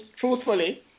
truthfully